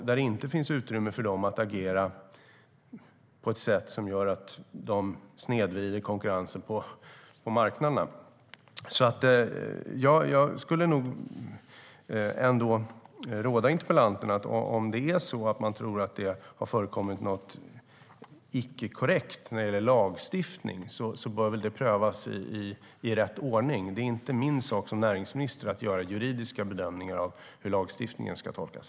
Det ska inte finnas utrymme för dem att agera på ett sätt som gör att de snedvrider konkurrensen på marknaderna. Om det är så att man tror att det har förekommit något icke-korrekt när det gäller lagstiftning skulle jag nog alltså ändå råda interpellanten att låta det prövas i rätt ordning. Det är inte min sak som näringsminister att göra juridiska bedömningar av hur lagstiftningen ska tolkas.